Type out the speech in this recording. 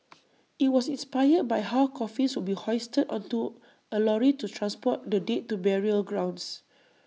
IT was inspired by how coffins would be hoisted onto A lorry to transport the dead to burial grounds